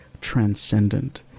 transcendent